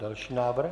Další návrh.